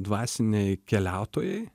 dvasiniai keliautojai